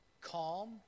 calm